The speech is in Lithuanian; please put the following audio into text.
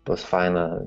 bus faina